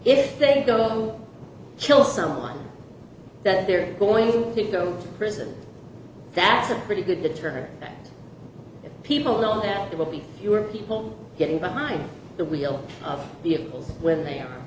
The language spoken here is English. if they go kill someone that they're going to go prison that's a pretty good deterrent if people know that it will be fewer people getting behind the wheel of the bills when they are